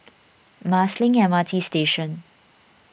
Marsiling M R T Station